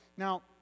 Now